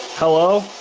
hello.